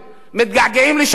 מתגעגעים לשרון.